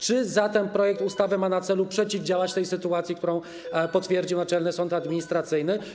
Czy zatem projekt ustawy ma na celu przeciwdziałać tej sytuacji, którą potwierdził Naczelny Sąd Administracyjny?